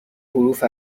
حروف